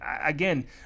again